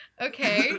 Okay